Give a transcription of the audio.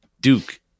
Duke